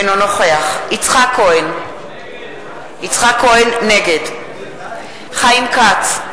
אינו נוכח יצחק כהן, נגד חיים כץ,